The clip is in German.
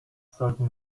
sollten